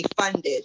funded